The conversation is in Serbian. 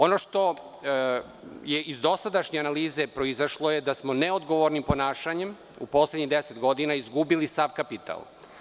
Ono što je iz dosadašnje analize proizašlo je da smo neodgovornim ponašanjem, u poslednjih 10 godina, izgubili sav kapital.